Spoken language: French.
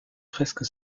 presque